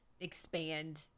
expand